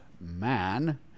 man